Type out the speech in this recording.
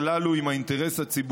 הכנסת הזו